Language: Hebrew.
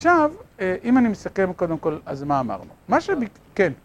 עכשיו, אם אני מסכם, קודם כל, אז מה אמרנו? מה ש... כן.